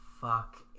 fuck